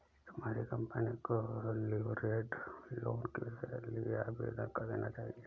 तुम्हारी कंपनी को leveraged loan के लिए आवेदन कर देना चाहिए